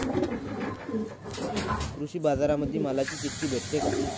कृषीबाजारामंदी मालाची चिट्ठी भेटते काय?